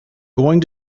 going